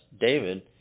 David